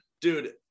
dude